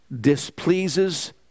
displeases